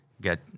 get